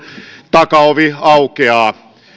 takaovi aukeaa